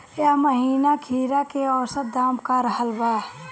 एह महीना खीरा के औसत दाम का रहल बा?